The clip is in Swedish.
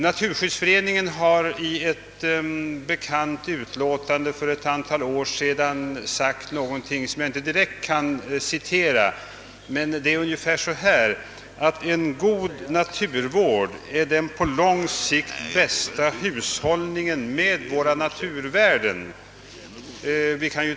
Naturskyddsföreningen har i ett bekant utlåtande för ett antal år sedan sagt något som jag inte kan citera utan bara ungefärligen återge: En god naturvård är den på lång sikt bästa hushållningen med våra naturtillgångar.